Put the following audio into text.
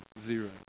zero